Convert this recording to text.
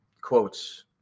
quotes